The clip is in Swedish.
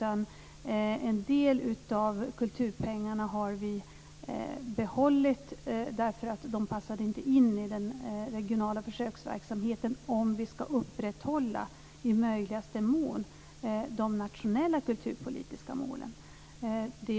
En del av kulturpengarna har vi behållit därför att de inte passar in i den regionala försöksverksamheten om vi i möjligaste mån ska upprätthålla de nationella kulturpolitiska målen.